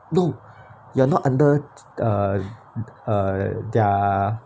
no you are not under uh their